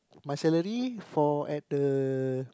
my salary for at the